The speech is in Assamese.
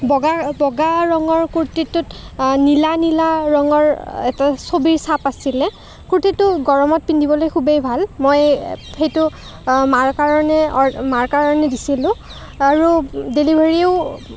বগা বগা ৰঙৰ কুৰ্তীটোত নীলা নীলা ৰঙৰ এটা ছবিৰ ছাপ আছিলে কুৰ্তীটো গৰমত পিন্ধিবলৈ খুবেই ভাল মই সেইটো মাৰ কাৰণে মাৰ কাৰণে দিছিলোঁ আৰু ডেলিভাৰীও